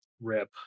Rip